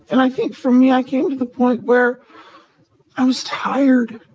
and i think for me, i came to the point where i was tired.